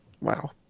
Wow